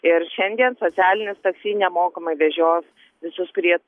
ir šiandien socialinis taksi nemokamai vežios visus kurie